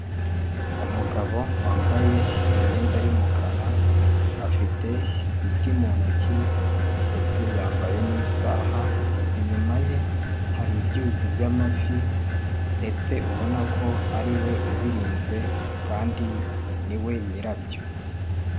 Umugabo wambaye imyenda y'umukara afite igiti mu ntoki ndetse yambaye n'isaha, inyuma ye hari ibyuzi by'amafi ndetse ubona ko ari we ubirinze kandi ni we nyirabyo.